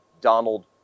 Donald